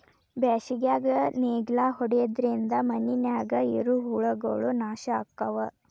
ಬ್ಯಾಸಿಗ್ಯಾಗ ನೇಗ್ಲಾ ಹೊಡಿದ್ರಿಂದ ಮಣ್ಣಿನ್ಯಾಗ ಇರು ಹುಳಗಳು ನಾಶ ಅಕ್ಕಾವ್